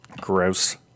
gross